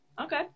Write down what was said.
okay